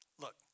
Look